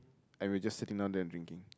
and we were just sitting down there and drinking